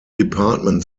department